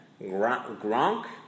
Gronk